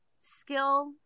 skill